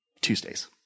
Tuesdays